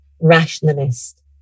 rationalist